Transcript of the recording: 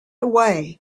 away